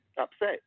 upset